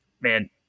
man